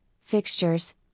fixtures